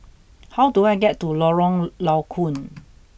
how do I get to Lorong Low Koon